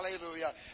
Hallelujah